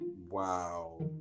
Wow